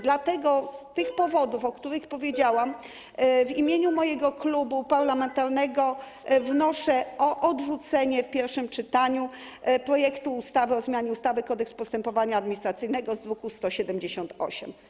Dlatego, z tych powodów, o których powiedziałam, w imieniu mojego klubu parlamentarnego wnoszę o odrzucenie w pierwszym czytaniu projektu ustawy o zmianie ustawy - Kodeks postępowania administracyjnego z druku nr 178.